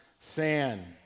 sand